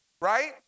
Right